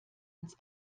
ins